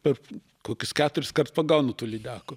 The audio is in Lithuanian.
per kokius keturiskart pagaunu tų lydekų